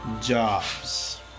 jobs